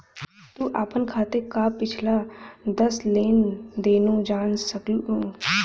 तू आपन खाते क पिछला दस लेन देनो जान सकलू